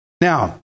Now